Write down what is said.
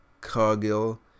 Cargill